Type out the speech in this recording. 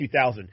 2000